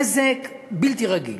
נזק בלתי רגיל.